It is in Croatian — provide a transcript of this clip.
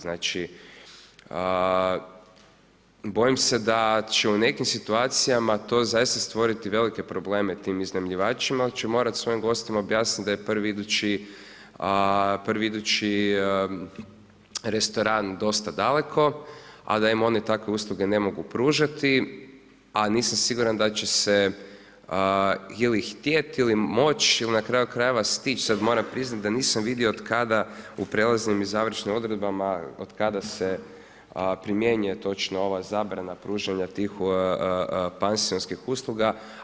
Znači bojim se da će u nekim situacijama to zaista stvoriti velike probleme tim iznajmljivačima jer će morati svojim gostima objasniti da je prvi idući, prvi idući restoran dosta daleko a da im oni takve usluge ne mogu pružati a nisam siguran da će se ili htjeti ili moći ili na kraju krajeva stići, sada moram priznati da nisam vidio od kada u prelaznim i završnim odredbama otkada se primjenjuje točno ova zabrana pružanja tih pansionskih usluga.